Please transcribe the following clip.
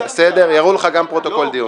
בסדר, יראו לך גם פרוטוקול דיון.